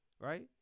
right